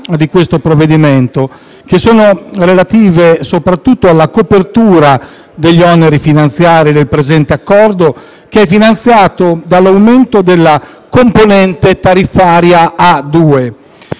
di questo provvedimento, che sono relative soprattutto alla copertura degli oneri finanziari del presente Accordo, il quale è finanziato con l'aumento della componente tariffaria A2.